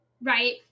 Right